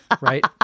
right